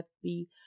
happy